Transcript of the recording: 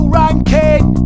ranking